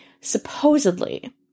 Supposedly